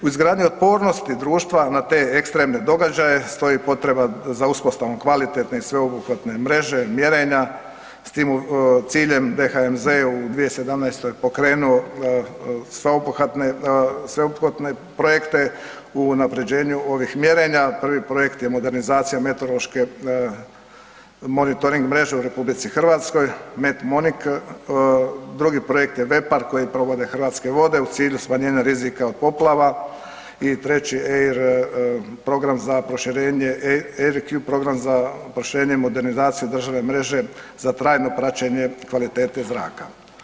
U izgradnji otpornosti društva na te ekstremne događaje, stoji potreba za uspostavom kvalitetne i sveobuhvatne mreže, mjerenja, s tim ciljem DHMZ je u 2017. pokrenuo sveobuhvatne projekte u unaprjeđenju ovih mjerenja, prvi projekt je modernizacija meteorološke monitoring mreže u RH, METMONIC, drugi projekt je VEPAR koje provode Hrvatske vode u cilju smanjenja rizika od poplava i treće AIRQ, program za proširenje modernizaciju državne mreže za trajno praćenje kvalitete zraka.